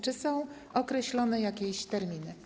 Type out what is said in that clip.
Czy są określone jakieś terminy?